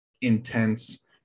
intense